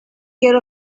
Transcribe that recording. care